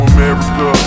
America